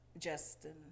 Justin